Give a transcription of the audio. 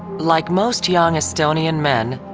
like most young estonian men,